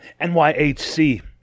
NYHC